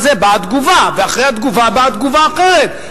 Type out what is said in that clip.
הם באו לחיות שם,